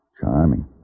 Charming